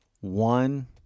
one